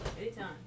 Anytime